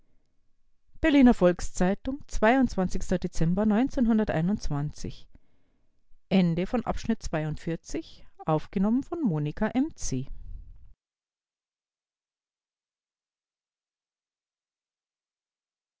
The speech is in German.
berliner volks-zeitung dezember